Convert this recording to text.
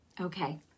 Okay